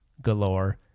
Galore